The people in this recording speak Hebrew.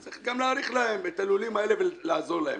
אז צריך גם להאריך להם את הלולים האלה ולעזור להם.